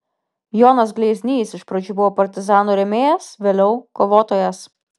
jonas gleiznys iš pradžių buvo partizanų rėmėjas vėliau kovotojas